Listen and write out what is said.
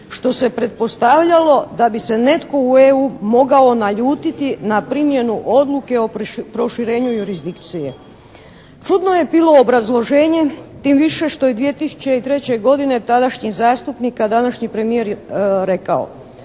što se pretpostavljalo da bi se netko u EU mogao naljutiti na primjenu odluke o proširenju jurisdikcije. Čudno je bilo obrazloženje tim više što je 2003. godine tadašnji zastupnik a današnji premijer rekao